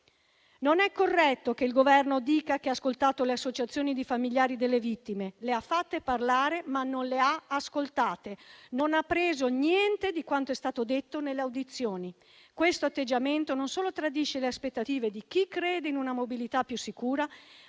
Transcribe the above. Non è corretto che il Governo dica che ha ascoltato le associazioni dei familiari delle vittime. Le ha fatte parlare, ma non le ha ascoltate, non ha preso niente di quanto è stato detto nelle audizioni. Questo atteggiamento non solo tradisce le aspettative di chi crede in una mobilità più sicura,